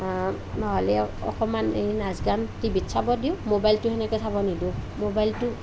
নহ'লে অকণমান এই নাচ গান টিভিত চাব দিওঁ ম'বাইলটো সেনেকৈ চাব নিদিওঁ ম'বাইলটো